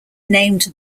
named